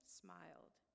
smiled